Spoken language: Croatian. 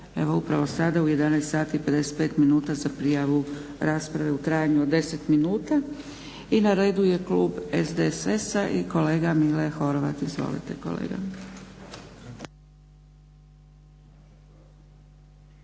upravo sada u 11,55 sati za prijavu rasprave u trajanju od 10 minuta. I na redu je klub SDSS-a i kolega Mile Horvat. Izvolite kolega.